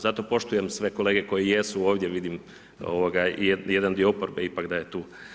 Zato poštujem sve kolege koji jesu ovdje, vidim ovoga jedan dio oporbe ipak da je tu.